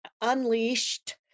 unleashed